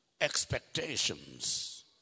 expectations